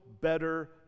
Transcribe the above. better